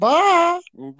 Bye